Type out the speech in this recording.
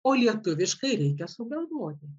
o lietuviškai reikia sugalvoti